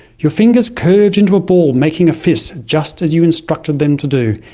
your fingers curled into a ball, making a fist, just as you instructed them to do.